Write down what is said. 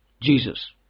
Jesus